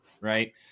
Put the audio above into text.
Right